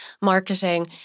Marketing